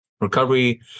recovery